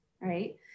right